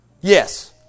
Yes